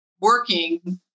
working